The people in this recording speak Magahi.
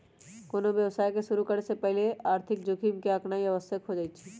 कोनो व्यवसाय के शुरु करे से पहिले आर्थिक जोखिम के आकनाइ आवश्यक हो जाइ छइ